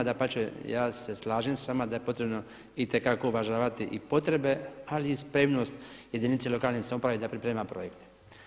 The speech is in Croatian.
Dapače, ja se slažem sa vama da je potrebno itekako uvažavati i potrebe, ali i spremnost jedinice lokalne samouprave da priprema projekte.